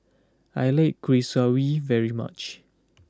I like Kuih Kaswi very much